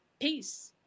Peace